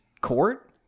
court